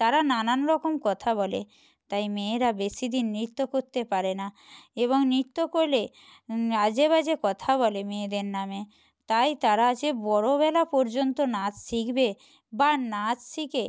তারা নানান রকম কথা বলে তাই মেয়েরা বেশি দিন নৃত্য করতে পারে না এবং নৃত্য করলে আজে বাজে কথা বলে মেয়েদের নামে তাই তারা যে বড়োবেলা পর্যন্ত নাচ শিখবে বা নাচ শিখে